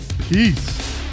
Peace